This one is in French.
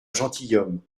gentilhomme